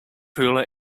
pula